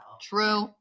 True